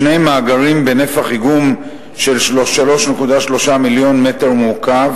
שני מאגרים בנפח איגום של 3.3 מיליון מטר מעוקב,